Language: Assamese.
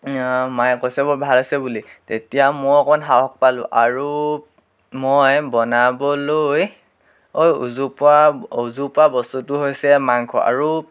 মায়ে কৈছে বৰ ভাল হৈছে বুলি তেতিয়া মই অকণ সাহস পালোঁ আৰু মই বনাবলৈ উজু পোৱা উজু পোৱা বস্তুটো হৈছে মাংস আৰু